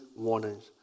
warnings